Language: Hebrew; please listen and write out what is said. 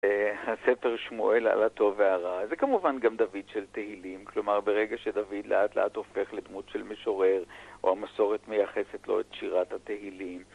הספר שמואל על הטוב והרע, זה כמובן גם דוד של תהילים, כלומר, ברגע שדוד לאט לאט הופך לדמות של משורר, או המסורת מייחסת לו את שירת התהילים.